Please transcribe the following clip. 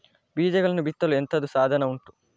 ಬೀಜಗಳನ್ನು ಬಿತ್ತಲು ಎಂತದು ಸಾಧನ ಉಂಟು?